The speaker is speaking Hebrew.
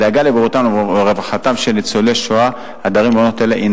הדאגה לבריאותם ולרווחתם של ניצולי שואה הדרים במעונות אלה הינה